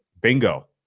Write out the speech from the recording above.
bingo